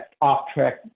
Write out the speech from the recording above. off-track